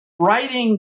writing